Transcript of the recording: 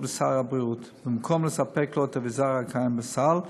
בסל הבריאות במקום לספק לו את האביזר הקיים בסל,